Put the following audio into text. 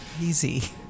Easy